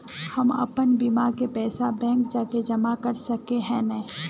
हम अपन बीमा के पैसा बैंक जाके जमा कर सके है नय?